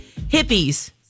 Hippies